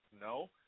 No